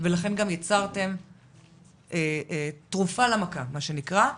ולכן גם יצרתם תרופה למכה, מה שנקרא,